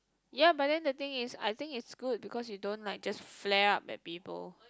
ya but then the thing is I think is good because you don't like just flare up at people